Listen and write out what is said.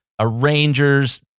arrangers